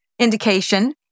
indication